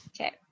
Okay